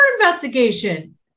investigation